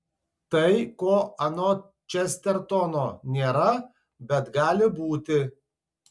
tai ko anot čestertono nėra bet gali būti